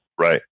Right